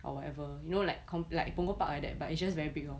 or whatever you know like like punggol park like that but it's just very big lor